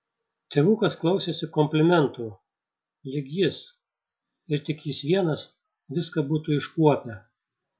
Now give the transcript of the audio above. tėvukas klausėsi komplimentų lyg jis ir tik jis vienas viską būtų iškuopę